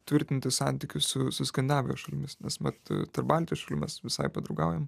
tvirtinti santykius su su skandinavijos šalimis nes mat baltijos šalimis visai padraugaujam